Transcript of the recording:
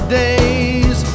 days